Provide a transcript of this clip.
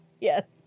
Yes